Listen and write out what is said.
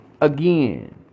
again